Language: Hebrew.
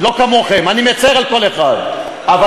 אני לא כמוכם, אני מצר על כל אחד, אבל